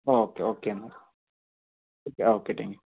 okay okay എന്നാൽ okay okay thank you